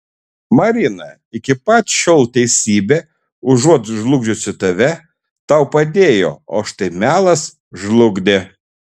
marina iki pat šiol teisybė užuot žlugdžiusi tave tau padėjo o štai melas žlugdė